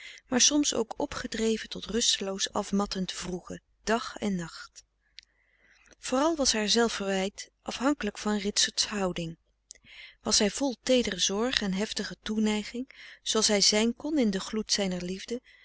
maar soms ook opgedreven tot rusteloos afmattend wroegen dag en nacht vooral was haar zelfverwijt afhankelijk van ritserts houding was hij vol teedere zorg en heftige toeneiging zooals hij zijn kon in den gloed zijner liefde